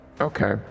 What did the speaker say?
Okay